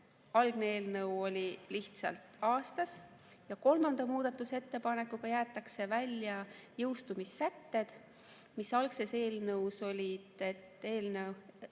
algses eelnõus oli lihtsalt "aastas". Kolmanda muudatusettepanekuga jäetakse välja jõustumissäte, mis algses eelnõus oli, nimelt,